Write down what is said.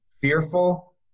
fearful